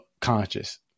conscious